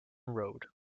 road